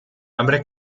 hambre